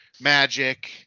magic